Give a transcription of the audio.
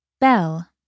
Bell